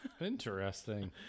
Interesting